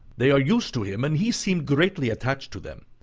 they are used to him, and he seems greatly attached to them.